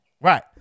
Right